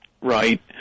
right